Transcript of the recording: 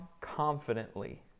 confidently